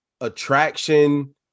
attraction